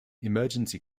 emergency